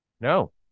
No